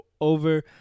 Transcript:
over